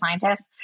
scientists